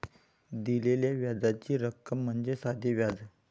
दिलेल्या व्याजाची रक्कम म्हणजे साधे व्याज